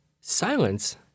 silence